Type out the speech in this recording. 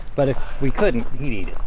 but if we couldn't, he'd eat